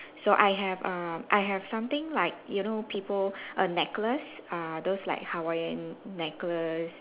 so I have err I have something like you know people err necklace uh those like Hawaiian necklace